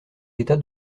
état